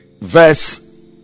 verse